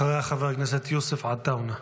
אחריה, חבר הכנסת יוסף עטאונה.